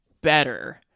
better